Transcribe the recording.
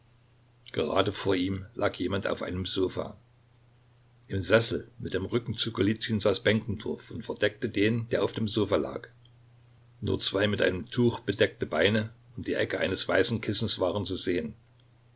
gerade vor ihm lag jemand auf einem sofa im sessel mit dem rücken zu golizyn saß benkendorf und verdeckte den der auf dem sofa lag nur zwei mit einem tuch bedeckte beine und die ecke eines weißen kissens waren zu sehen